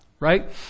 Right